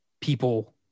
people